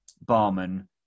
Barman